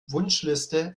wunschliste